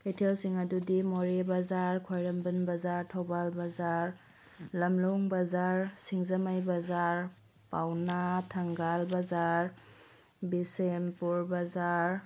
ꯀꯩꯊꯦꯜꯁꯤꯡ ꯑꯗꯨꯗꯤ ꯃꯣꯔꯦ ꯕꯖꯥꯔ ꯈ꯭ꯋꯥꯏꯔꯝꯕꯟ ꯕꯖꯥꯔ ꯊꯧꯕꯥꯜ ꯕꯖꯥꯔ ꯂꯝꯂꯣꯡ ꯕꯖꯥꯔ ꯁꯤꯡꯖꯃꯩ ꯕꯖꯥꯔ ꯄꯥꯎꯅꯥ ꯊꯥꯡꯒꯥꯜ ꯕꯖꯥꯔ ꯕꯤꯁꯦꯝꯄꯨꯔ ꯕꯖꯥꯔ